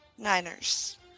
Niners